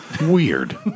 weird